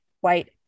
white